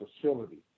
facility